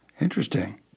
Interesting